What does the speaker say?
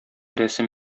рәсем